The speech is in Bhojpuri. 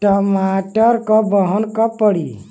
टमाटर क बहन कब पड़ी?